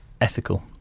ethical